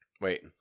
Wait